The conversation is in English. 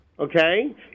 okay